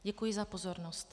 Děkuji za pozornost.